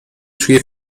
توی